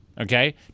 Okay